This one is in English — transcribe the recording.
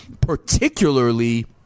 particularly